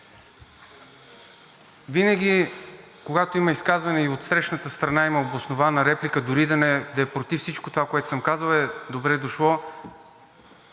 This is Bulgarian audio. Винаги, когато има изказвания и отсрещната страна има обоснована реплика, дори да е против всичко това, което съм казал, е добре дошло.